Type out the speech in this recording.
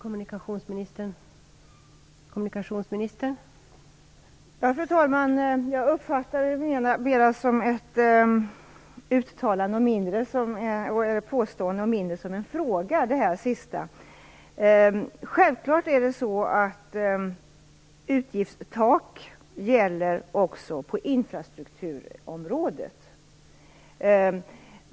Fru talman! Jag uppfattade det sista mera som ett uttalande än som en fråga. Självklart gäller utgiftstak också på infrastrukturområdet.